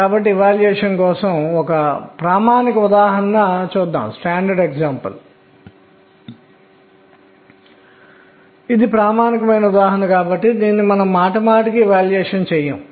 కాబట్టి మొదటి ముగింపు k కనిష్టం 1 కాదు బదులుగా యాంగులార్ మొమెంటం కోణీయ ద్రవ్యవేగం యొక్క అత్యల్ప విలువ 0 కావచ్చు